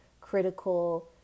critical